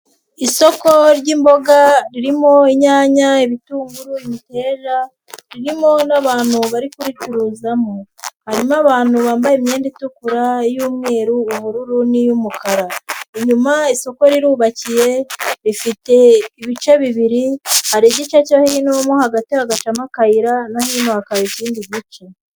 Isoko ry'imboga ririmo inyanya, ibitunguru, imiteja, ririmo n'abantu bari kubicuruzamo, harimo abantu bambaye imyenda itukura y'umweru ubururu n'iy'umukara, inyuma isoko rirubakiye rifite ibice bibiri, hari igice cyo hino mo hagati hagacamo akayira no hino hakaba ikindi gice.